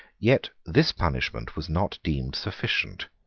yet this punishment was not deemed sufficient.